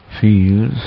feels